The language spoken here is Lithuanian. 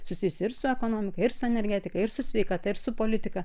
susijusi ir su ekonomika ir su energetika ir su sveikata ir su politika